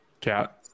cat